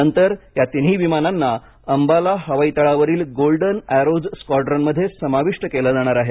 नंतर या तिन्ही विमानांना अंबाला हवाई तळावरील गोल्डन अॅरोज् स्क्वॉड्रॉनमध्ये समाविष्ट केले जाणार आहे